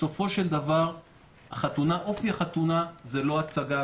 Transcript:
בסופו של דבר אופי החתונה הוא לא כמו הצגה.